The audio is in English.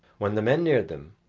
when the men neared them,